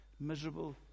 Miserable